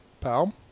pal